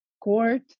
court